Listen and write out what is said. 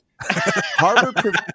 Harvard